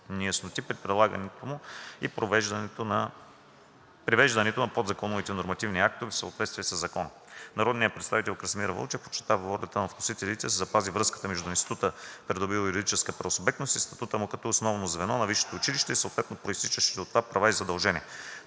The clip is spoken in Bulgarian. при прилагането му и привеждане на подзаконовите нормативи актове в съответствие със Закона. Народният представител Красимир Вълчев подчерта волята на вносителите да се запази връзката между института, придобил юридическа правосубектност, и статута му като основно звено на висшето училище и съответно произтичащите от това права и задължения.